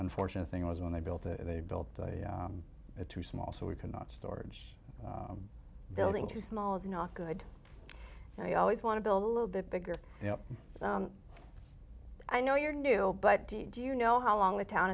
unfortunate thing was when they built it they built it too small so we cannot storage building too small is not good and we always want to build a little bit bigger you know i know you're new but do you know how long the town